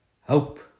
Hope